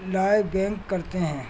لائے بینک کرتے ہیں